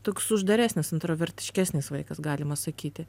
toks uždaresnis intravertiškesnis vaikas galima sakyti